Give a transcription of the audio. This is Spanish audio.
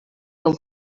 con